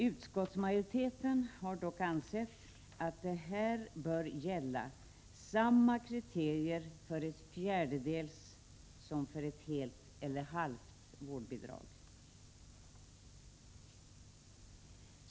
Utskottsmajoriteten har ansett att här bör samma kriterier gälla för ett fjärdedels som för helt eller halvt vårdbidrag.